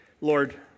Lord